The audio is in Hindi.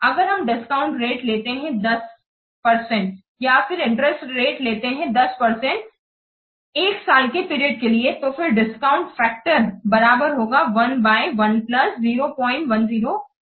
अगर हम डिस्काउंट रेटलेते हैं 10 से 10 परसेंटया फिर इंटरेस्ट रेट लेते हैं 10 परसेंटऔर 1 ईयर 1 साल के पीरियड के लिए तो फिर डिस्काउंट फैक्टर बराबर होगा 1 बाय 1 प्लस 010 की पावर 1